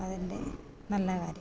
അതിൻ്റെ നല്ല കാര്യം